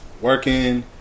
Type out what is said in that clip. working